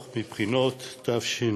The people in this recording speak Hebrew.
(פטור מבחינת רישוי),